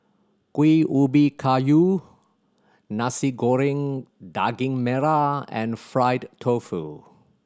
Kuih Ubi Kayu Nasi Goreng Daging Merah and fried tofu